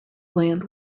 land